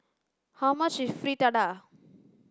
how much is Fritada